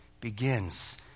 begins